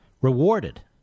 Rewarded